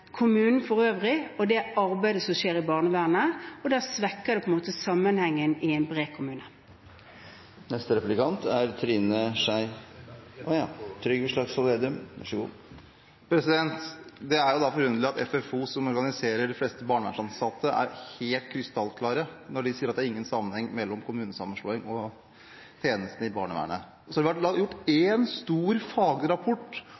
kommunen for øvrig, og det arbeidet som skjer i barnevernet. Da svekker det på en måte sammenhengen i en kommune. Det er jo da forunderlig at FO, som organiserer de fleste barnevernsansatte, er helt krystallklare når de sier at det ikke er noen sammenheng mellom kommunesammenslåing og tjenestene i barnevernet. Det er én stor fagrapport om sammenhengen mellom små og store kommuner – en fagrapport som Deloitte har laget for KS. Hva er det